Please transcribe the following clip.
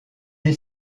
est